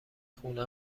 خونه